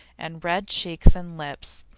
and red cheeks and lips,